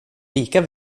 lika